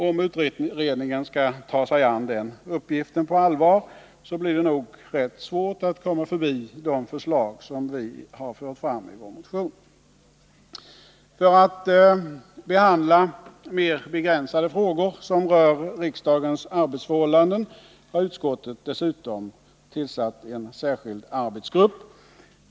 Om utredningen skall ta sig an den uppgiften på allvar blir det nog svårt att komma förbi de förslag som vi har fört fram i vår motion. För att behandla mera begränsade frågor som rör riksdagens arbetsförhållanden har utskottet dessutom tillsatt en särskild arbetsgrupp.